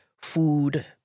food